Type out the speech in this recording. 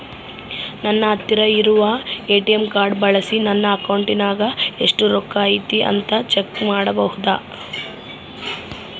ನನ್ನ ಹತ್ತಿರ ಇರುವ ಎ.ಟಿ.ಎಂ ಕಾರ್ಡ್ ಬಳಿಸಿ ನನ್ನ ಅಕೌಂಟಿನಾಗ ಎಷ್ಟು ರೊಕ್ಕ ಐತಿ ಅಂತಾ ಚೆಕ್ ಮಾಡಬಹುದಾ?